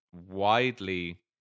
widely